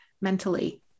mentally